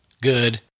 good